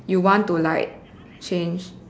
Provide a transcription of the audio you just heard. you want to like change